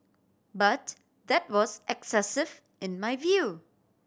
but that was excessive in my view